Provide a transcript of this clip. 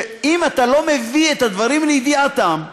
שאם אתה לא מביא את הדברים לידיעתם,